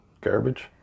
garbage